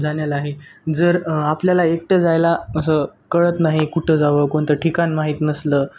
जाण्याला आहे जर आपल्याला एकटं जायला असं कळत नाही कुठं जावं कोणतं ठिकण माहीत नसलं